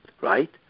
Right